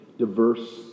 diverse